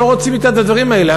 לא רוצים את הדברים האלה.